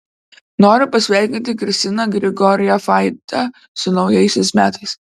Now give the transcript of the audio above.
noriu pasveikinti kristiną grigorjevaitę su naujaisiais metais